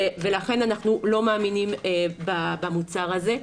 לכן אנחנו לא מאמינים במוצר הזה.